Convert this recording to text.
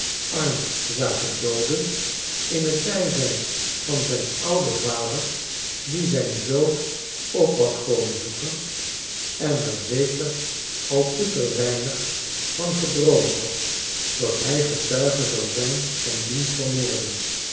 arndt zagen dooden in t bijzijn van zijn ouden vader die zijn zoon op was komen zoeken en er zeker al bitter weinig van gedroomd had dat hij getuige zou zijn van diens vermoording